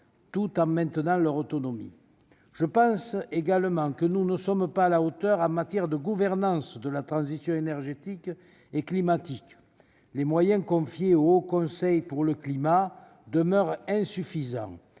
tout en maintenant leur autonomie ? En outre, j'estime que nous ne sommes pas à la hauteur en matière de gouvernance de la transition énergétique et climatique. Les moyens confiés au Haut Conseil pour le climat demeurent insuffisants,